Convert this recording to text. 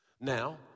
Now